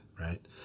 Right